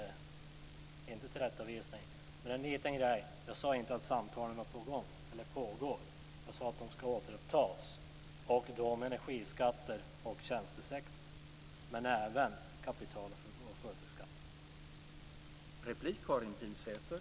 Det är ingen tillrättavisning, men jag sade inte att samtalen pågår. Jag sade att de ska återupptas. Det gäller då energiskatter och tjänstesektorn, men även kapital och företagsskatter.